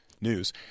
news